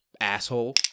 asshole